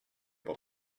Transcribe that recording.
able